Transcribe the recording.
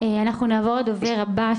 אנחנו נעבור לדובר הבא,